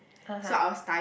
uh-huh